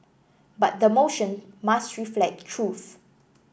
but the motion must reflect the truth